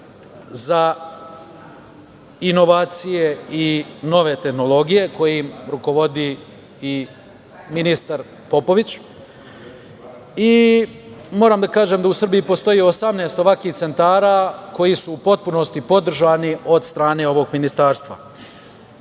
za inovacije i nove tehnologije, kojim rukovodi i ministar Popović i moram da kažem da u Srbiji postoji 18 ovakvih centara koji su u potpunosti podržani od strane ovog ministarstva.No,